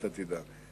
שתדע.